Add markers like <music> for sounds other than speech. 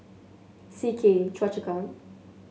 C K <unintelligible>